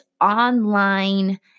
online